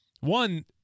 one